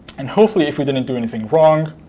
and hopefully, if we didn't do anything wrong,